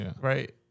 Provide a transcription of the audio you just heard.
right